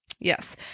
Yes